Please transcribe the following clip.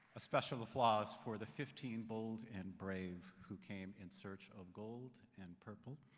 special applause for the fifteen bold and brave who came in search of gold and purple,